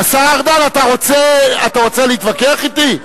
השר ארדן, אתה רוצה להתווכח אתי?